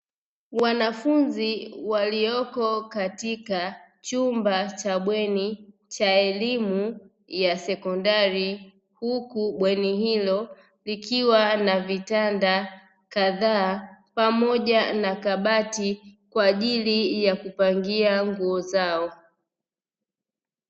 Wanafunzi walioko katika chumba cha bweni cha elimu ya sekondari, huku bweni hilo likiwa na vitanda kadhaa pamoja na kabati kwa ajili ya kupangia nguo zao.